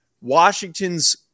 Washington's